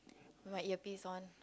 with my ear piece on